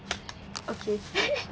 okay